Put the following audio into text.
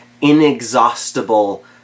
inexhaustible